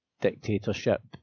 dictatorship